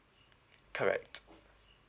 correct